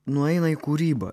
nueina į kūrybą